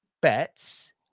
Bets